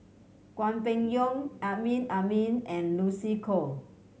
Hwang Peng Yuan Amrin Amin and Lucy Koh